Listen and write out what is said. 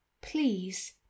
please